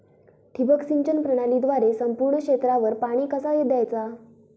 ठिबक सिंचन प्रणालीद्वारे संपूर्ण क्षेत्रावर पाणी कसा दयाचा?